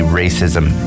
racism